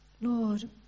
Lord